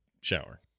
shower